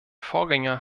vorgänger